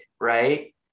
Right